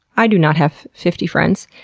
i do not have fifty friends.